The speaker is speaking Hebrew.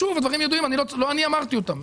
שוב, הדברים ידועים, לא אני אמרתי אותם.